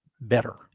better